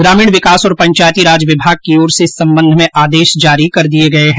ग्रामीण विकास और पंचायती राज विभाग की ओर से इस संबंध में आदेश जारी कर दिये गये है